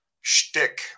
shtick